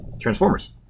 Transformers